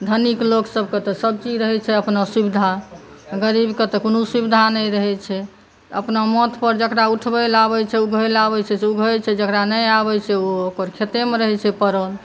धनीक लोकसभके तऽ सभ किछु रहै छै अपना सुविधा आ गरीबके तऽ कोनो सुविधा नहि रहै छै अपना माथ पर जेकरा उठबै लए आबै छै ऊघै लए आबै छै से ऊघै छै जेकरा नहि आबै छै ओकर खेतेमे रहै छै परल